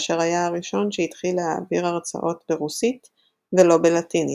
כאשר היה הראשון שהתחיל להעביר הרצאות ברוסית ולא בלטינית,